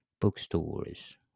bookstores